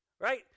right